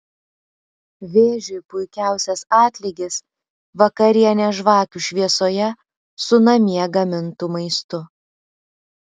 vėžiui puikiausias atlygis vakarienė žvakių šviesoje su namie gamintu maistu